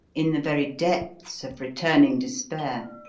in the very depths of returning despair,